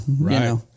Right